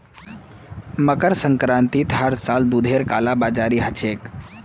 मकर संक्रांतित हर साल दूधेर कालाबाजारी ह छेक